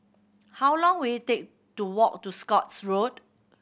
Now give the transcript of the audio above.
how long will it take to walk to Scotts Road